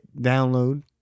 download